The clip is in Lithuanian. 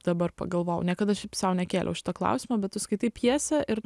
dabar pagalvojau niekada šiaip sau nekėliau šito klausimo bet tu skaitai pjesę ir